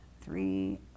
Three